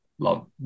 love